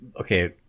okay